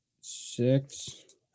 six